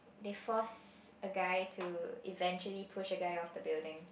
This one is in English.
they force a guy to eventually push a guy off the building